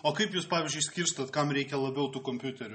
o kaip jūs pavyzdžiui skirstot kam reikia labiau tų kompiuterių